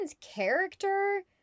character